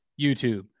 YouTube